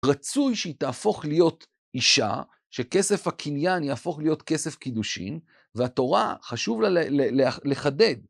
רצוי שהיא תהפוך להיות אישה, שכסף הקניין יהפוך להיות כסף קידושין, והתורה חשוב לה לחדג